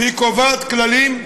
וקובעת כללים,